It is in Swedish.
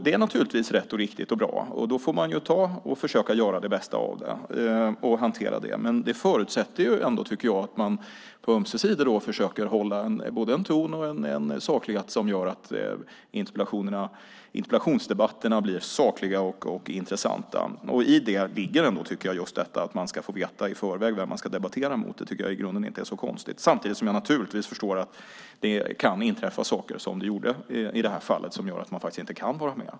Det är naturligtvis rätt och riktigt och bra. Då får man försöka göra det bästa av det och hantera det. Men det förutsätter att man på ömse sidor försöker hålla en sådan ton och saklighet som gör att interpellationsdebatterna blir sakliga och intressanta. I det tycker jag ligger att man i förväg ska få veta vem man ska debattera med. Det tycker jag i grunden inte är så konstigt, samtidigt som jag naturligtvis förstår att det kan inträffa saker, som det gjorde i detta fall, som gör att man faktiskt inte kan vara med.